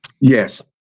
Yes